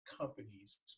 companies